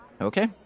Okay